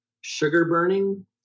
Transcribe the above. sugar-burning